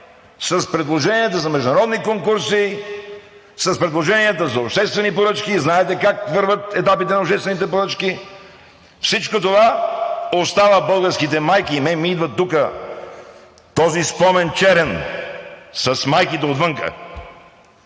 С предложенията за международни конкурси, с предложенията за обществени поръчки – знаете как вървят етапите на обществените поръчки. Всичко това оставя българските майки, и на мен ми идва този черен спомен с майките отвън